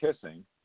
kissing